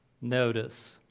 notice